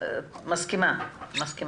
אני מסכימה.